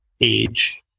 age